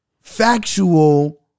factual